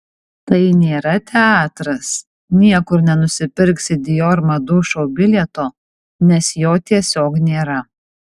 tai nėra teatras niekur nenusipirksi dior madų šou bilieto nes jo tiesiog nėra